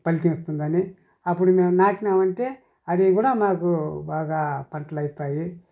ఫలితం ఇస్తుందని అప్పుడు మేము నాటినామంటే అదీ కూడా మాకు బాగ పంటలయితాయి